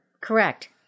Correct